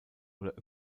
oder